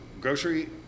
grocery